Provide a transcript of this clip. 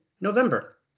November